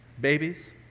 Babies